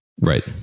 Right